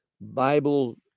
bible